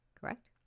correct